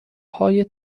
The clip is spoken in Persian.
های